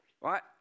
Right